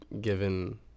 given